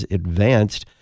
advanced